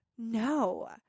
No